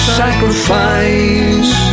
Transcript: sacrifice